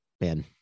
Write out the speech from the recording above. man